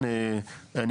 אנחנו